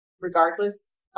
regardless